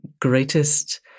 greatest